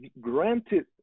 granted